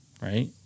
right